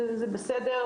זה בסדר,